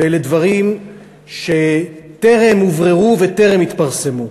ואלה דברים שטרם הובררו וטרם התפרסמו,